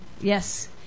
Yes